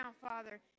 Father